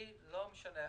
לא משנה.